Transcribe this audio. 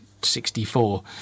64